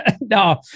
No